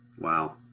Wow